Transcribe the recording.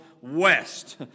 west